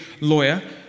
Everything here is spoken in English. lawyer